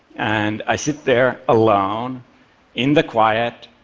and i sit there alone in the quiet.